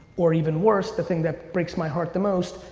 or even worse, the thing that breaks my heart the most,